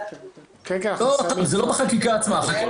בבקשה.